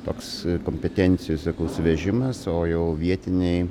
toks kompetencijų sakau suvežimas o jau vietiniai